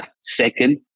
second